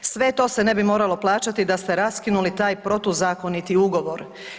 Sve to se ne bi moralo plaćati da ste raskinuli taj protuzakoniti ugovor.